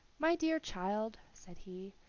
my dear child, said he,